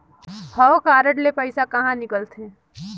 हव कारड ले पइसा कहा निकलथे?